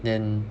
then